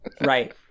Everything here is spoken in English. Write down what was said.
Right